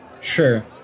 Sure